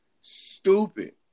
stupid